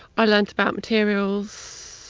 i learnt about materials.